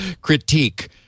critique